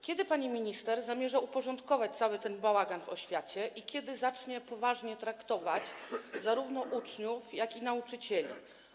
Kiedy pani minister zamierza uporządkować cały ten bałagan w oświacie i kiedy zacznie poważnie traktować zarówno uczniów, jak i nauczycieli?